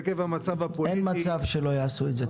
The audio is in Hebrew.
אבל עקב המצב הפוליטי --- אין מצב שלא יעשו את זה.